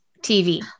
TV